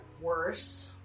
worse